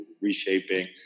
reshaping